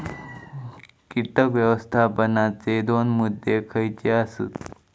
कीटक व्यवस्थापनाचे दोन मुद्दे खयचे आसत?